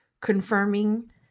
confirming